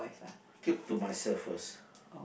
keep to myself first